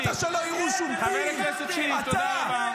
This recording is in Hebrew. --- אתה אל תצעק, אתה אל תצעק -- תודה רבה.